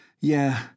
Yeah